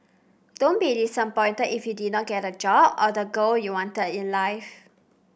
don't be disappointed if you did not get the job or the girl you wanted in life